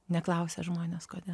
neklausia žmonės kodėl